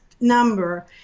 number